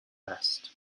vest